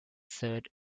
third